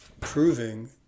proving